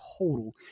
total